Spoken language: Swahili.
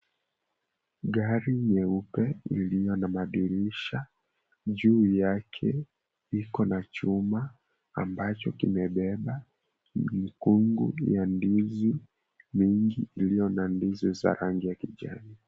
Gari leupe lilo na madirisha juu yake likona chuma ambacho kimebeba mikungu ya ndizi ilio na ndizi za rangi ya kijani.